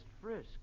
frisk